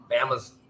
Bama's